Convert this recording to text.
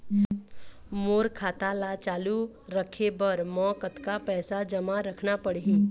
मोर खाता ला चालू रखे बर म कतका पैसा जमा रखना पड़ही?